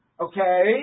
okay